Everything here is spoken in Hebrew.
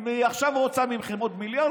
אם היא עכשיו רוצה מכם עוד מיליארד,